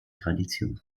tradition